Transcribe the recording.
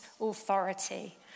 authority